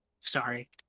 Sorry